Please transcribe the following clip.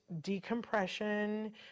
decompression